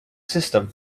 system